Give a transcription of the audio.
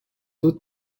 autres